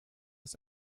ist